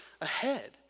ahead